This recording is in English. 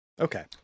Okay